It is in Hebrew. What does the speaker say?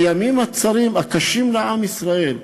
בימים הקשים לעם ישראל,